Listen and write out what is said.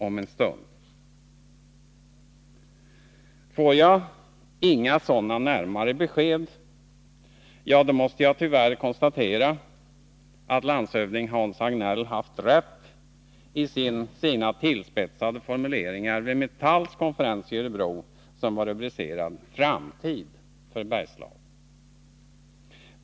Får jag inga sådana närmare besked, ja, då måste jag tyvärr konstatera att landshövding Hans Hagnell haft rätt i sina tillspetsade formuleringar vid Metalls konferens i Örebro som var rubricerad ”Framtid för Bergslagen”.